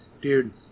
dude